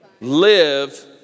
Live